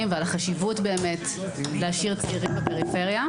ועל החשיבות באמת להשאיר צעירים בפריפריה,